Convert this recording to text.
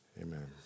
amen